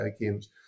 games